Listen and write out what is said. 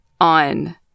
on